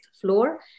floor